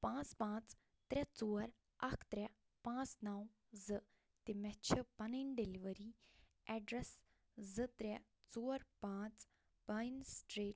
پانٛژھ پانٛژھ ترٛےٚ ژور اکھ ترٛےٚ پانٛژھ نَو زٕ تہٕ مےٚ چھِ پنٕنۍ ڈیٚلؤری ایٚڈرس زٕ ترٛےٚ ژور پانٛژھ سِٹریٖٹ